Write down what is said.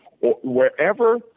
wherever